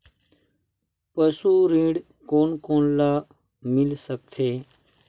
पशु ऋण कोन कोन ल मिल सकथे?